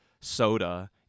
soda